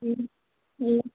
जी जी